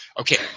Okay